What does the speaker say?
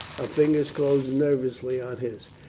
fingers closed nervously on his.